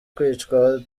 kwicwa